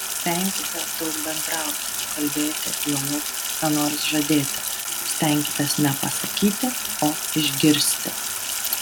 venkite daug bendrauti kalbėti juolab ką nors žadėti stenkitės ne pasakyti o išgirsti